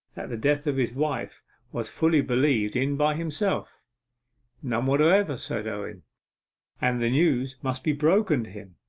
that the death of his wife was fully believed in by himself none whatever said owen and the news must be broken to him,